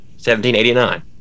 1789